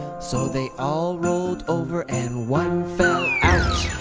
so they all rolled over and one fell out.